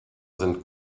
sind